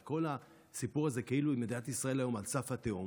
את כל הסיפור הזה כאילו מדינת ישראל היום על סף התהום.